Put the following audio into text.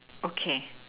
okay